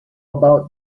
about